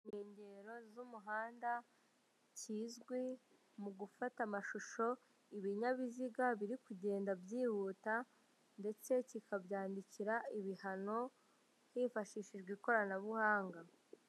Inkengero z'umuhanda kizwi mu gufata amashusho ibinyabiziga biri kugenda byihuta, ndetse kikabyandikira ibihano hifashishijwe ikoranabuhanga.